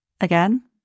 Again